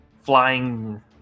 flying